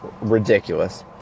ridiculous